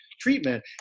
treatment